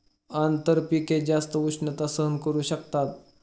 आंतरपिके जास्त उष्णता सहन करू शकतात